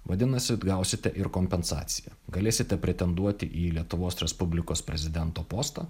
vadinasi atgausite ir kompensaciją galėsite pretenduoti į lietuvos respublikos prezidento postą